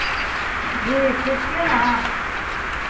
जी ठीक छियै ने